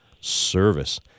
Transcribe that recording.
service